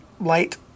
light